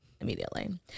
immediately